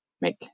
make